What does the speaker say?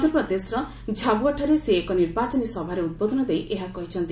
ମଧ୍ୟପ୍ରଦୋର ଝାବୁଆଠାରେ ସେ ଏକ ନିର୍ବାଚନୀ ସଭାରେ ଉଦ୍ବୋଧନ ଦେଇ ଏହା କହିଛନ୍ତି